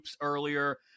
earlier